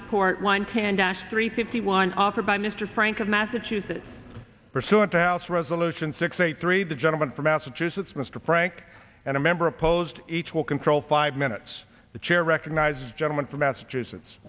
dash three fifty one offered by mr frank of massachusetts pursuant to house resolution six eight three the gentleman from massachusetts mr frank and a member opposed each will control five minutes the chair recognizes gentleman from massachusetts